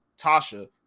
Tasha